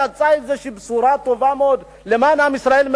יצאה איזו בשורה טובה מאוד למען עם ישראל,